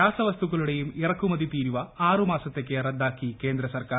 രാസവസ്തുക്കളുടെയും ഇറ്ക്കുമതി തീരുവ ആറുമാസത്തേക്ക് റദ്ദാക്കി ്കേന്ദ്രസർക്കാർ